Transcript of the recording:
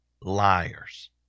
liars